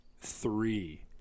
three